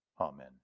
Amen